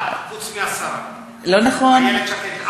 אחד, חוץ מהשרה איילת שקד.